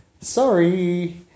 Sorry